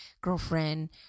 girlfriend